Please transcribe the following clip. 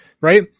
right